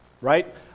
right